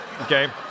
Okay